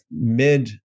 mid